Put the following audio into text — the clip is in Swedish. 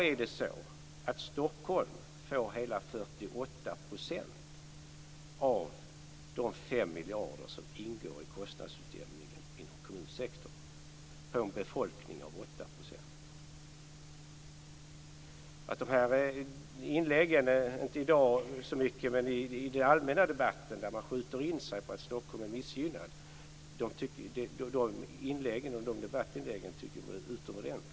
I dag får Stockholm hela 48 % De debattinlägg - inte så mycket här i dag men i den allmänna debatten - som skjuter in sig på att Stockholm är missgynnat tycker jag är utomordentligt missriktade.